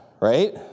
right